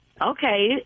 Okay